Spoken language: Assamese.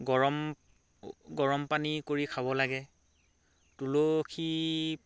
গৰম গৰম পানী কৰি খাব লাগে তুলসী